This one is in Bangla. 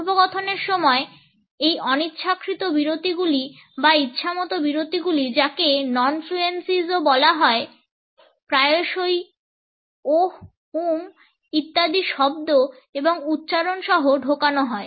কথোপকথনের সময় এই অনিচ্ছাকৃত বিরতিগুলি বা ইচ্ছামত বিরতিগুলি যাকে নন ফ্লুয়েন্সিও বলা হয় প্রায়শই ওহ উমম ইত্যাদির মতো শব্দ এবং উচ্চারণ সহ ঢোকানো হয়